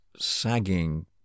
sagging